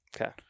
Okay